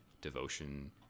devotion